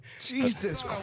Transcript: Jesus